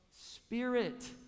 Spirit